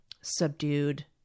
subdued